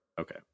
Okay